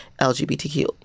LGBTQ